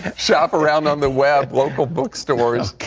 shop around on the web, local bookstores.